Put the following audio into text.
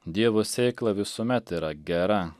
dievo sėkla visuomet yra gera